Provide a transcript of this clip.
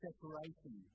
Separation